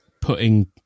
putting